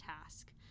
task